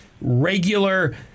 regular